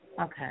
Okay